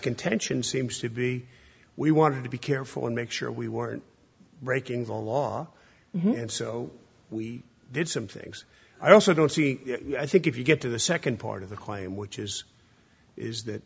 contention seems to be we wanted to be careful and make sure we weren't breaking the law and so we did some things i also don't i think if you get to the second part of the claim which is is that